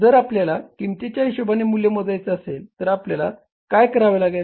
जर आपल्याला किंमतीच्या हिशोबाने मूल्य मोजायचे असेल तर आपल्याला काय करावे लागेल